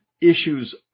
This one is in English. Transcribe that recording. issues